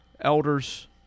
elders